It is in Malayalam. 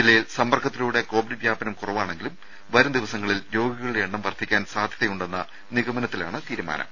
ജില്ലയിൽ സമ്പർക്കത്തിലൂടെ കോവിഡ് വ്യാപനം കുറവാണെങ്കിലും വരും ദിവസങ്ങളിൽ രോഗികളുടെ എണ്ണം വർദ്ധിക്കാൻ സാധ്യതയുണ്ടെന്ന നിഗമനത്തിലാണ് തീരുമാനം